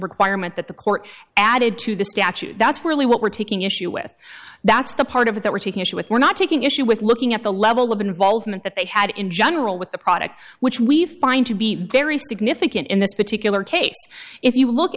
requirement that the court added to the statute that's really what we're taking issue with that's the part of it that we're taking issue with we're not taking issue with looking at the level of involvement that they had in general with the product which we find to be very significant in this particular case if you look